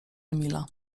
emila